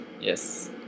Yes